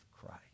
Christ